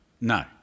No